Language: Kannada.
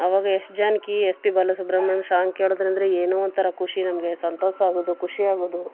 ಆವಾಗ S Janaki S P Balasubrahmanyam song ಕೇಳೋದಂದ್ರೆ ಏನೋ ಒಂಥರ ಖುಷಿ ನಮಗೆ ಸಂತೋಷ ಆಗೋದು ಖುಷಿ ಆಗೋದು